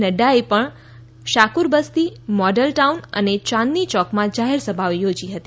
નફાએ પણ Shakur Basti Model Town અને ચાંદની ચોકમાં જાહેરસભાઓ યોજી હતી